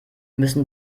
müssen